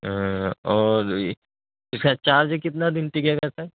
اور یہ اس کا چارج کتنا دن ٹکے گا سر